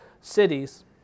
cities